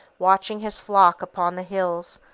watching his flock upon the hills,